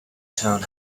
town